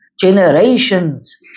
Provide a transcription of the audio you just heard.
generations